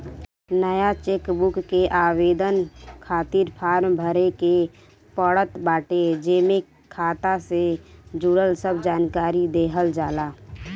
नया चेकबुक के आवेदन खातिर फार्म भरे के पड़त बाटे जेमे खाता से जुड़ल सब जानकरी देहल जाला